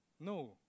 No